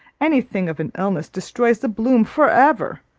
any thing of an illness destroys the bloom for ever!